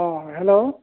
অ' hello